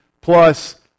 plus